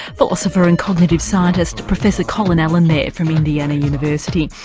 philosopher and cognitive scientist professor colin allen there, from indiana university.